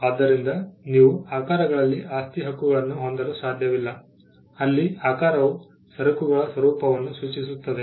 ಆದ್ದರಿಂದ ನೀವು ಆಕಾರಗಳಲ್ಲಿ ಆಸ್ತಿ ಹಕ್ಕುಗಳನ್ನು ಹೊಂದಲು ಸಾಧ್ಯವಿಲ್ಲ ಅಲ್ಲಿ ಆಕಾರವು ಸರಕುಗಳ ಸ್ವರೂಪವನ್ನು ಸೂಚಿಸುತ್ತದೆ